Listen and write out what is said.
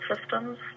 systems